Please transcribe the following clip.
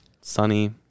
sunny